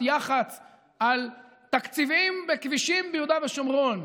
יח"צ על תקציבים בכבישים ביהודה ושומרון.